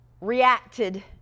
reacted